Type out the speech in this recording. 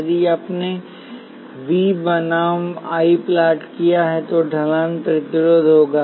यदि आपने V बनाम I प्लॉट किया है तो ढलान प्रतिरोध होगा